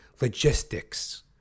Logistics